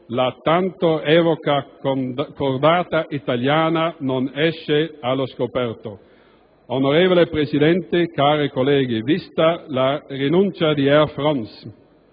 la tanto evocata cordata italiana non esce allo scoperto. Onorevole Presidente, cari colleghi, vista la rinuncia di Air France